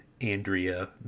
Andrea